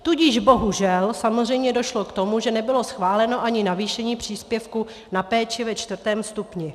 Tudíž bohužel samozřejmě došlo k tomu, že nebylo schváleno ani navýšení příspěvku na péči ve čtvrtém stupni.